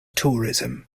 tourism